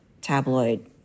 tabloid